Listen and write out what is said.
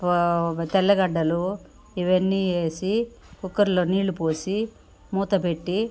ఓ ఒక తెల్లగడ్డలు ఇవన్నీ వేసి కుక్కర్లో నీళ్లుపోసి మూతపెట్టి